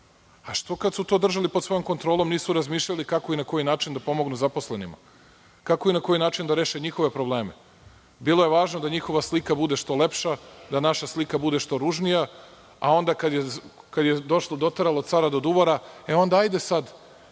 Što ako su to držali pod svojom kontrolom nisu razmišljali kako i na koji način da pomognu zaposlenima. Kako i na koji način da reše njihove probleme, bilo je važno da njihova slika bude što leša, da naša slika bude što ružnija, a onda kada je došlo, doteralo „cara do duvara“, e onda, hajde sada